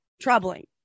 Troubling